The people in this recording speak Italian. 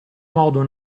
modo